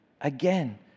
Again